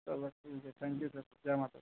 चलो ठीक ऐ थैंक्यू सर जै माता दी